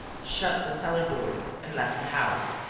shut the cellar-door and left the house.